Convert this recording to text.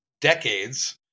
decades